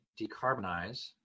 decarbonize